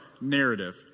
narrative